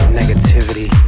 negativity